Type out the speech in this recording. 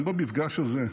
במפגש הזה,